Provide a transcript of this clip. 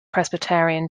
presbyterian